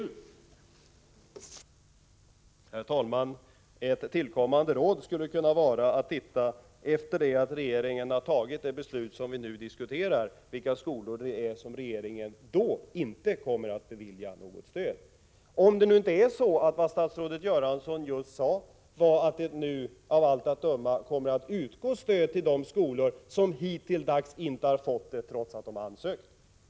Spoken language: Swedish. Herr talman! Ett tillkommande råd till nyfikna skulle kunna vara att de, efter att regeringen har fattat de beslut som vi nu diskuterar, ser efter vilka skolor som regeringen inte beviljar något stöd. Eller innebär det som statsrådet Göransson just sade att det kommer att utgå stöd till de skolor som hittilldags inte har fått stödet trots att de har ansökt?